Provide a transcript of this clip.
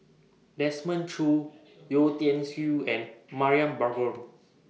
Desmond Choo Yeo Tiam Siew and Mariam Baharom